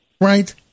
right